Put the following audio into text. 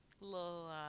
little